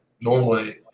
normally